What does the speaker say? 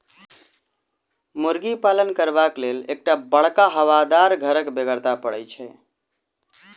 मुर्गी पालन करबाक लेल एक टा बड़का हवादार घरक बेगरता पड़ैत छै